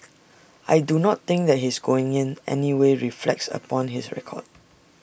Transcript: I do not think that his going in anyway reflects upon his record